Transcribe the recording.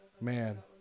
Man